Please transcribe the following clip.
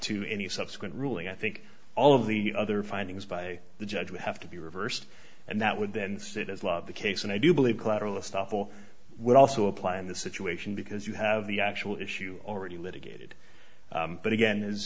to any subsequent ruling i think all of the other findings by the judge would have to be reversed and that would then sit as law of the case and i do believe collateral estoppel would also apply in this situation because you have the actual issue already litigated but again